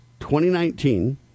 2019